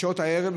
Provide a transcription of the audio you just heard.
בשעות הערב,